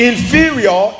Inferior